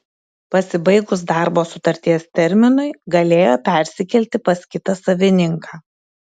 pasibaigus darbo sutarties terminui galėjo persikelti pas kitą savininką